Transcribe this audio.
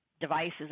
devices